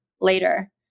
later